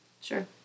Sure